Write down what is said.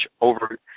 over